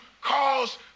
cause